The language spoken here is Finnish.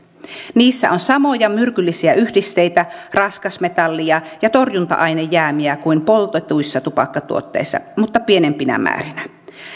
niissä on samoja myrkyllisiä yhdisteitä raskasmetallia ja torjunta ainejäämiä kuin poltetuissa tupakkatuotteissa mutta pienempinä määrinä